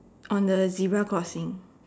on the zebra crossing